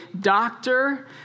doctor